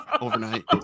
overnight